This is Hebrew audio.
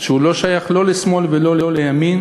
שלא שייך לא לשמאל ולא לימין,